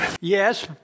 Yes